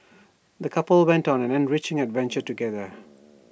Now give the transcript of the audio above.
the couple went on an enriching adventure together